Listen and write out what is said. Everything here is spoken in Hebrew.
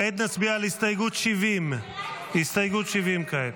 כעת נצביע על הסתייגות 70. הסתייגות 70 לא נתקבלה.